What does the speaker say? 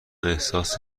احساس